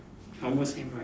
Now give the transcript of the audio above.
almost same right